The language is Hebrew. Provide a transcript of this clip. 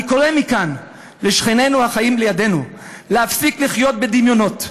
אני קורא מכאן לשכנינו החיים לידינו להפסיק לחיות בדמיונות,